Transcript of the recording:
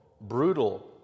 brutal